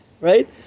right